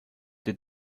that